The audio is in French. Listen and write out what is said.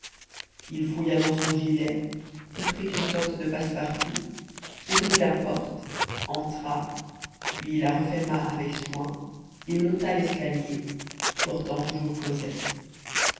il fouilla dans son gilet y prit une sorte de passe-partout ouvrit la porte entra puis la referma avec soin et monta l'escalier portant toujours cosette